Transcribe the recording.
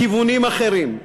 כיוונים אחרים,